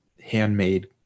handmade